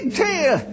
tail